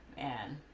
and